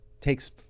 takes